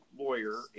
lawyer